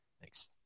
Thanks